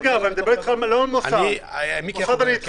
אני לא מדבר על מוסד, במוסד אני איתך.